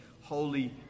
Holy